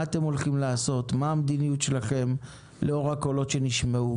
מה אתם הולכים לעשות ומה המדיניות שלכם לאור הקולות שנשמעו,